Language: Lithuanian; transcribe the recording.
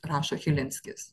rašo chilinskis